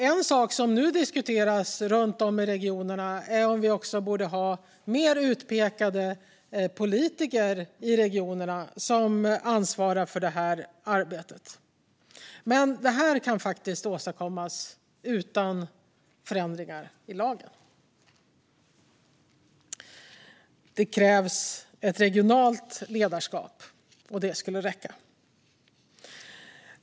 En sak som nu diskuteras runt om i regionerna är om vi också borde ha utpekade regionala politiker som ansvarar för det här arbetet. Men det kan faktiskt åstadkommas utan ändringar i lagen. Det krävs ett regionalt ledarskap; det skulle räcka.